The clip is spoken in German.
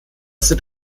sind